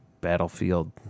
Battlefield